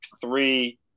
three